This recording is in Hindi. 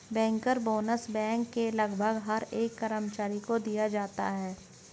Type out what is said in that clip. बैंकर बोनस बैंक के लगभग हर एक कर्मचारी को दिया जाता है